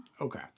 Okay